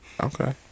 Okay